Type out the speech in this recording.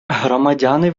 громадяни